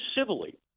civilly